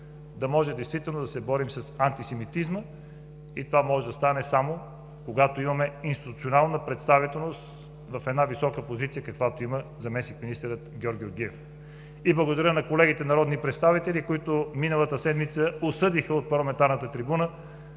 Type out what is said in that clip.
да се борим с антисемитизма. Това може да стане само когато имаме институционална представителност в една висока позиция, каквато има заместник-министър Георг Георгиев. Благодаря и на колегите народни представители, които миналата седмица осъдиха провеждането на